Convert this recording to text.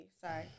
Sorry